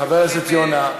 חבר הכנסת יונה,